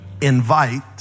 invite